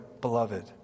beloved